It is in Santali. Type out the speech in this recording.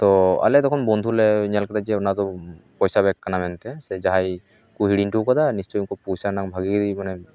ᱛᱳ ᱟᱞᱮ ᱛᱚᱠᱷᱚᱱ ᱵᱚᱱᱫᱷᱩ ᱞᱮ ᱧᱮᱞ ᱠᱮᱫᱟ ᱡᱮ ᱚᱱᱟ ᱫᱚ ᱯᱚᱭᱥᱟ ᱵᱮᱜ ᱠᱟᱱᱟ ᱢᱮᱱᱛᱮ ᱥᱮ ᱡᱟᱦᱟᱸᱭ ᱠᱚ ᱦᱤᱲᱤᱧᱴᱚ ᱟᱠᱟᱫᱟ ᱱᱤᱥᱪᱳᱭ ᱩᱱᱠᱩ ᱯᱚᱭᱥᱟ ᱨᱮᱱᱟᱜ ᱵᱷᱟᱹᱜᱤ ᱢᱟᱱᱮ